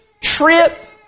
trip